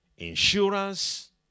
insurance